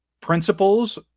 principles